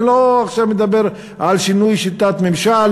אני לא מדבר עכשיו על שינוי שיטת ממשל